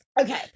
Okay